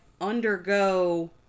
undergo